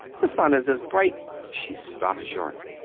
the sun is as bright she stopped short.